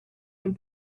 and